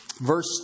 verse